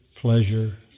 pleasure